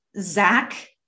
Zach